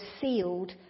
sealed